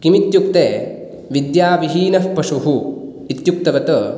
किमित्युक्ते विद्याविहीनः पशुः इत्युक्तवत्